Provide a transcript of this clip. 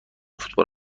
فوتبال